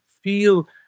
feel